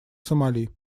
сомали